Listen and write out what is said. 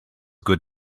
good